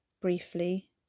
briefly